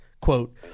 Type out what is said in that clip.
quote